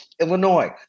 Illinois